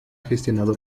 gestionado